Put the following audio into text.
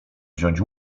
wziąć